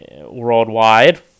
worldwide